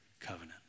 covenant